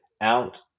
out